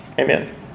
Amen